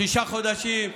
שישה חודשים,